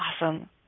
Awesome